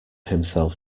himself